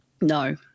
No